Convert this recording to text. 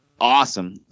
Awesome